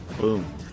Boom